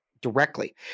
directly